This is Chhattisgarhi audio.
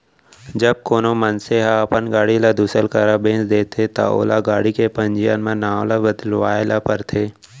जब कोनो मनसे ह अपन गाड़ी ल दूसर करा बेंच देथे ता ओला गाड़ी के पंजीयन म नांव ल बदलवाए ल परथे